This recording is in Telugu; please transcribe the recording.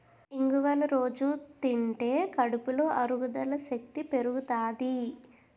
ఇంగువను రొజూ తింటే కడుపులో అరుగుదల శక్తి పెరుగుతాది